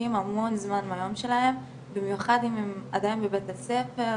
משקיעים המון זמן מהיום שלהם במיוחד אם הם עדיין בבית הספר,